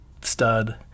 stud